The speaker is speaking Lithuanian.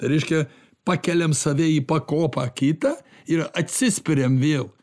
reiškia pakeliam save į pakopą kitą ir atsispiriam vėl